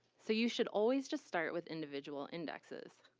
so you should always just start with individual indexes,